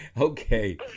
Okay